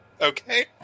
Okay